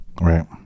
right